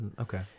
Okay